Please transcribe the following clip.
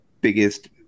biggest